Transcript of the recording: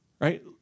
Right